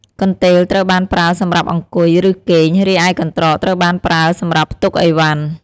កន្ទេលត្រូវបានប្រើសម្រាប់អង្គុយ ឬគេង រីឯកន្ត្រកត្រូវបានប្រើសម្រាប់ផ្ទុកឥវ៉ាន់។